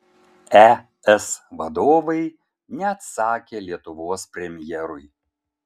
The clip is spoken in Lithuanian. es vadovai neatsakė lietuvos premjerui